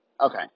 okay